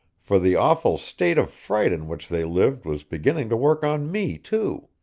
for the awful state of fright in which they lived was beginning to work on me too.